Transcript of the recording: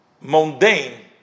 mundane